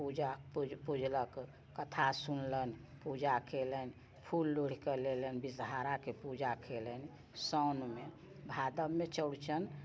पूजा पूजलक कथा सुनलनि पूजा केलनि फूल लोढ़िके लेलनि बिषहाराके पूजा केलनि साउनमे भादबमे चौरचन